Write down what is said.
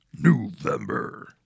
November